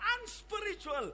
unspiritual